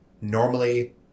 Normally